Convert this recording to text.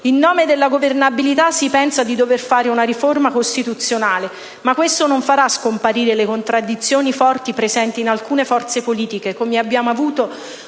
In nome della governabilità si pensa di dover fare una riforma costituzionale, ma questo non farà scomparire le forti contraddizioni presenti in alcune forze politiche, come abbiamo avuto